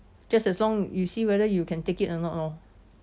just as long you see whether you can take it or not lor